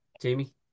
Jamie